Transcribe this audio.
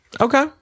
Okay